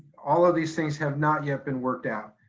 all of these things have not yet been worked out.